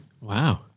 Wow